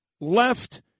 left